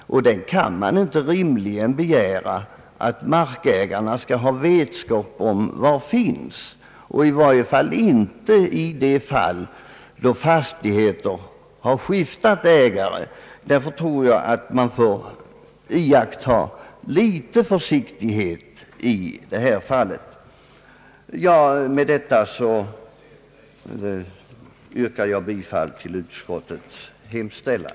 Vi kan inte rimligen begära att markägarna skall ha vetskap om var den finns, i varje fall inte i de fall då fastigheter har skiftat ägare. Därför tror jag att man får iaktta litet försiktighet i detta fall. Med detta yrkar jag bifall till utskottets hemställan.